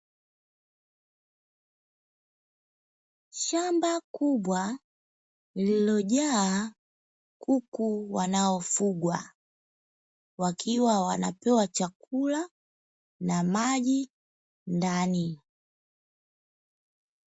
Shamba kubwa lililojaa kuku wanaofugwa, wakiwa wanapewa chakula na maji ndani.